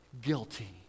guilty